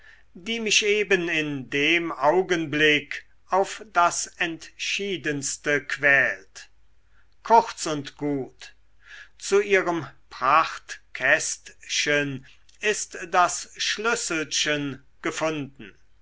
die mich eben in dem augenblick auf das entschiedenste quält kurz und gut zu ihrem prachtkästchen ist das schlüsselchen gefunden